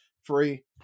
Free